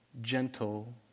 gentle